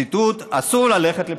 ציטוט, אסור ללכת לבחירות.